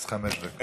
אז חמש דקות.